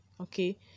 okay